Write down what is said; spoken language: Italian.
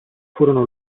furono